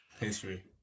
history